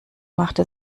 machte